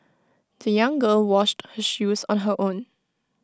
the young girl washed her shoes on her own